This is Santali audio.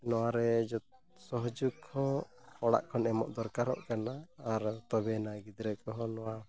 ᱱᱚᱣᱟᱨᱮ ᱥᱚᱦᱚᱡᱳᱜᱽ ᱦᱚᱸ ᱚᱲᱟᱜ ᱠᱷᱚᱱ ᱮᱢᱚᱜ ᱫᱚᱨᱠᱟᱨᱚᱜ ᱠᱟᱱᱟ ᱟᱨ ᱛᱚᱵᱮᱭᱱᱟ ᱜᱤᱫᱽᱨᱟᱹ ᱠᱚᱦᱚᱸ ᱱᱚᱣᱟ